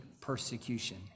persecution